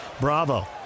Bravo